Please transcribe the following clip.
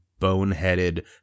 boneheaded